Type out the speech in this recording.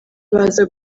baza